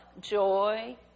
joy